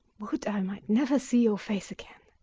would i might never see your face again!